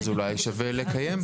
אז אולי שווה לקיים.